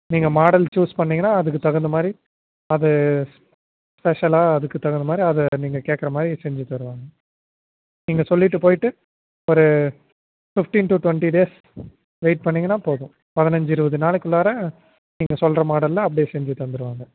நீங்கள் model choose பண்ணிங்கனா அதுக்கு தகுந்த மாதிரி அது ஸ்பெஷலாக அதுக்கு தகுந்த மாதிரி அதை நீங்கள் கேக்கிற மாதிரி செஞ்சு தருவாங்க நீங்கள் சொல்லிவிட்டு போய்ட்டு ஒரு fifteen to twenty days wait பண்ணிங்கனா போதும் பதினஞ்சு இருபது நாளைக்குள்ளாற நீங்கள் சொல்கிற மாடலில் அப்படியே செஞ்சு தந்துடுவாங்க